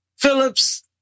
Phillips